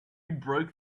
broke